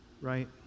Right